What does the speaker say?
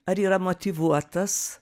ar yra motyvuotas